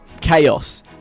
chaos